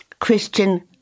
Christian